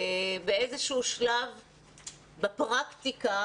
באיזשהו שלב בפרקטיקה,